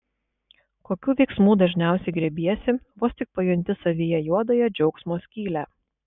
kokių veiksmų dažniausiai griebiesi vos tik pajunti savyje juodąją džiaugsmo skylę